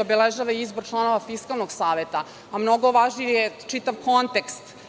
obeležava izbor članova Fiskalnog saveta, a mnogo važnije je čitav kontekst